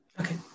Okay